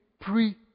pre